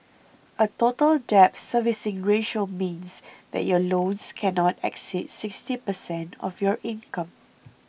a Total Debt Servicing Ratio means that your loans cannot exceed sixty percent of your income